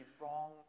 wrong